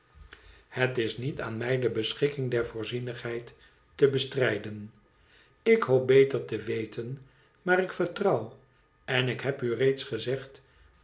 het is niet aan ndj de beschikkingen der voorzienigheid te bestrijden ik hoop beter te weten maar ik vertrouw en ik heb u reeds gezegd